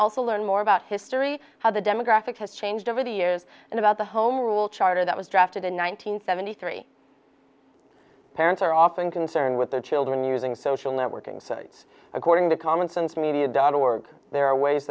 also learn more about history how the demographic has changed over the years and about the home rule charter that was drafted in one nine hundred seventy three parents are often concerned with their children using social networking sites according to common sense media dot org there are ways